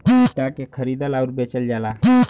stock के खरीदल आउर बेचल जाला